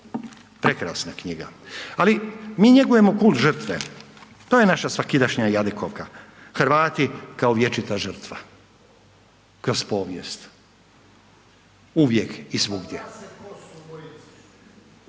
Prekrasna knjiga, ali mi njegujemo kult žrtve, to je naša svakidašnja jadikovka, Hrvati kao vječita žrtva kroz povijest. Uvijek i svugdje.